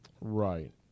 right